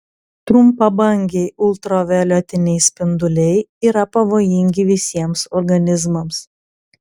trumpabangiai ultravioletiniai spinduliai yra pavojingi visiems organizmams